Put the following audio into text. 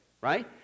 right